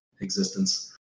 existence